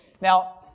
Now